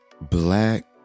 black